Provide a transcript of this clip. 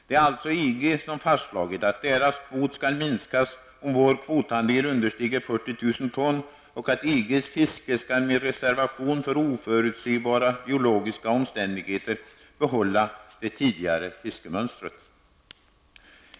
Det är alltså EG som fastslagit att EGs kvot skall minskas om vår kvotandel understiger 40 000 ton och att EGs fiske skall, med reservation för oförutsebara biologiska omständigheter, behålla det tidigare fiskemönstret.